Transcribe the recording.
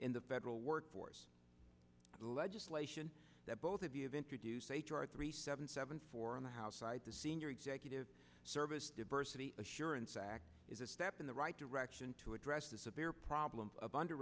in the federal work force legislation that both of you have introduce h r three seven seven four on the house side the senior executive service diversity assurance act is a step in the right direction to address the severe problems of under